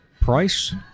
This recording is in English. price